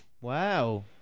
wow